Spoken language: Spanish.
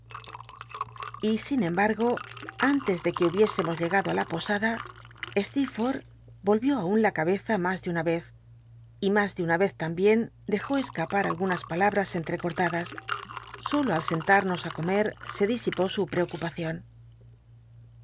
y sin emb wgo antes de que hubiésemos llcgallo i la posada steerforth olvió aun la cabeza mas de una vez y mas de una vez l ambicn dc ió escapar algu nas palabras enh'ccortadas solo al sentarnos i comer se disipó u iheocupacion